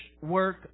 work